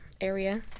area